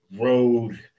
road